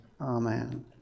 amen